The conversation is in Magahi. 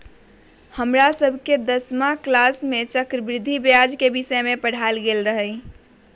हमरा सभके दसमा किलास में चक्रवृद्धि ब्याज के विषय में पढ़ायल गेल रहै